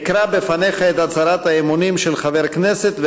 אקרא בפניך את הצהרת האמונים של חבר כנסת,